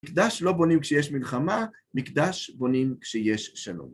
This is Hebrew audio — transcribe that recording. מקדש לא בונים כשיש מלחמה, מקדש בונים כשיש שלום.